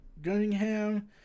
Gunningham